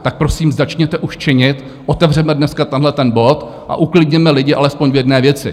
Tak prosím, začněte už činit, otevřeme dneska tenhle ten bod a uklidněme lidi alespoň v jedné věci.